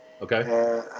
Okay